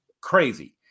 crazy